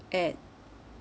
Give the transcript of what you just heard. at